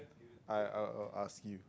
I I'll ask you